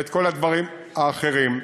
ואת כל הדברים האחרים.